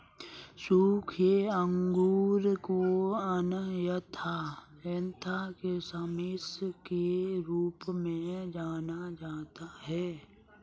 सूखे अंगूर को अन्यथा किशमिश के रूप में जाना जाता है